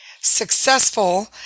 successful